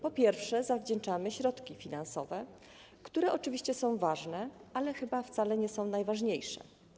Po pierwsze, zawdzięczamy środki finansowe, które oczywiście są ważne, ale chyba wcale nie są najważniejsze.